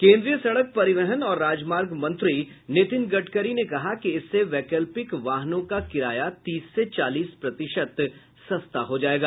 केन्द्रीय सड़क परिवहन और राजमार्ग मंत्री नीतिन गडकरी ने कहा कि इससे वैकल्पिक वाहनों का किराया तीस से चालीस प्रतिशत सस्ता होगा